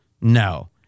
No